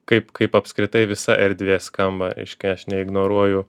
kaip kaip apskritai visa erdvė skamba reiškia aš neignoruoju